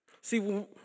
See